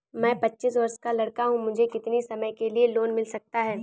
मैं पच्चीस वर्ष का लड़का हूँ मुझे कितनी समय के लिए लोन मिल सकता है?